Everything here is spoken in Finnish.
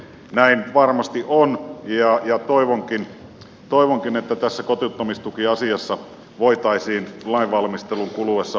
näin varmasti on ja toivonkin että tässä kotiuttamistukiasiassa voitaisiin lainvalmistelun kuluessa myöskin edetä